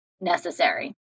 necessary